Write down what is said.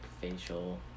facial